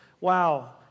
Wow